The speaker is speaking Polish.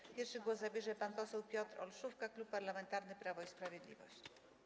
Jako pierwszy głos zabierze pan poseł Piotr Olszówka, Klub Parlamentarny Prawo i Sprawiedliwość.